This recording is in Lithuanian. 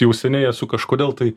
jau seniai esu kažkodėl tai